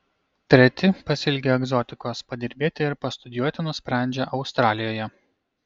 treti pasiilgę egzotikos padirbėti ir pastudijuoti nusprendžia australijoje